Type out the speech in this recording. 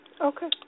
Okay